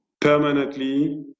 permanently